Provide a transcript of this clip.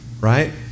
right